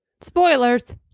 Spoilers